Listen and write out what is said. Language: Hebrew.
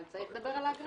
אבל צריך לדבר על האגרה.